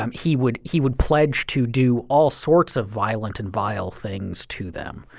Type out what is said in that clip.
um he would he would pledge to do all sorts of violent and vile things to them.